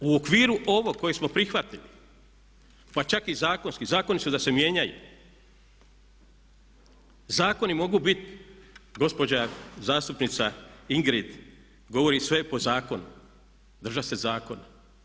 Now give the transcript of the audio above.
U okviru ovog kojeg smo prihvatili, pa čak i zakonski zakoni su da se mijenjaju, zakoni mogu bit, gospođa zastupnica Ingrid govori sve je po zakonu, držat se zakona.